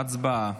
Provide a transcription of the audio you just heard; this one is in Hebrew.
הצבעה.